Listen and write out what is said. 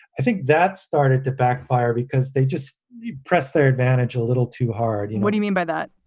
i think that started to backfire because they just press their advantage a little too hard. and what do you mean by that?